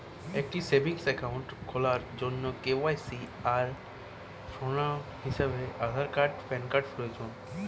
একটি savings account খোলার জন্য কে.ওয়াই.সি এর প্রমাণ হিসাবে আধার ও প্যান কার্ড প্রয়োজন